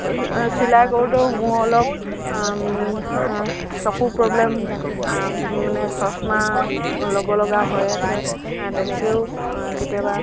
চিলাই কৰোঁতেও মোৰ অলপ চকুৰ প্ৰব্লেম মানে চছমা ল'ব লগা হৈ আছে তেনেকৈও কেতিয়াবা